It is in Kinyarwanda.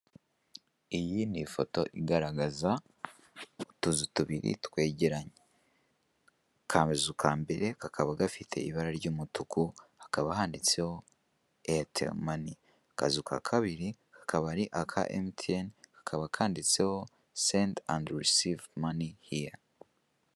Iyi ni ifoto igatragaza utuzu tubiri twegeranye, akazu ka mbere kakaba gafite ibara ry'umutuku hakaba kanditseho eyaterimani, akazu ka kabiri kakaba ari aka emutiyeni kakaba kanditseho sendi andi risive mani hiya.